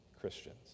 Christians